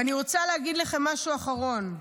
ואני רוצה להגיד לכם משהו אחרון: